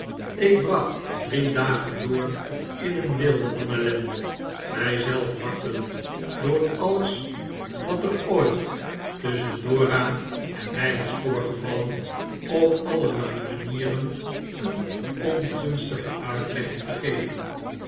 ik bracht drie dagen door in een weelde van ellende mij zelf martelend door alles wat er ooit tusschen dora en mii was voorgevallen op allerlei manieren een ongunstige uitlegging te geven